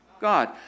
God